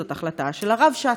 זו החלטה של הרבש"ץ,